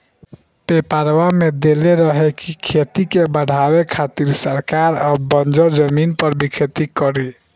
पेपरवा में देले रहे की खेती के बढ़ावे खातिर सरकार अब बंजर जमीन पर भी खेती करी